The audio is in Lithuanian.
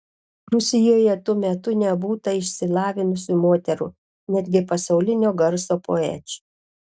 rusijoje tuo metu nebūta išsilavinusių moterų netgi pasaulinio garso poečių